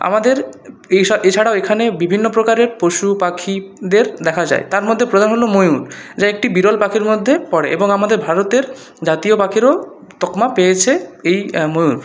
আমাদের এছাড়াও এখানে বিভিন্ন রকমের পশু পাখিদের দেখা যায় তার মধ্যে প্রধান হলো ময়ূর যা একটি বিরল পাখির মধ্যে পড়ে এবং আমাদের ভারতের জাতীয় পাখিরও তকমা পেয়েছে এই ময়ূর